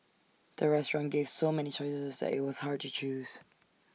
the restaurant gave so many choices that IT was hard to choose